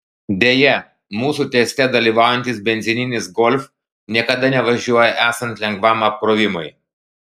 deja mūsų teste dalyvaujantis benzininis golf niekada nevažiuoja esant lengvam apkrovimui